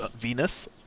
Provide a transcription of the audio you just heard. Venus